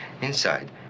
Inside